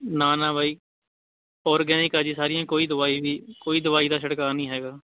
ਨਾ ਨਾ ਬਾਈ ਔਰਗੈਨਿਕ ਆ ਜੀ ਸਾਰੀਆਂ ਕੋਈ ਦਵਾਈ ਨਹੀਂ ਕੋਈ ਦਵਾਈ ਦਾ ਛਿੜਕਾ ਨਹੀਂ ਹੈਗਾ